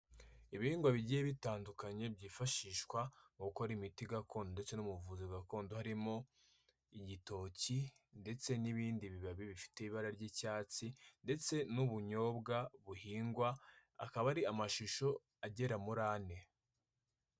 Ibihingwa bigiye bitandukanye byifashishwa mu gukora imiti gakondo ndetse no mu buvuzi gakondo, harimo igitoki ndetse n'ibindi bibabi bifite ibara ry'icyatsi ndetse n'ubunyobwa buhingwa, akaba ari amashusho agera muri ane.